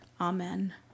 Amen